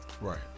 Right